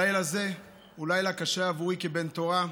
לילה זה הוא לילה קשה עבורי כבן תורה.